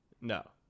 no